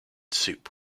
soup